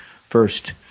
first